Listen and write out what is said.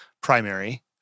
primary